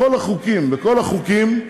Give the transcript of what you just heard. בכל החוקים, בכל החוקים,